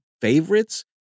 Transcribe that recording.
favorites